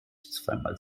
zweimal